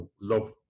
love